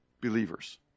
believers